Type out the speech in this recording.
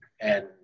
and-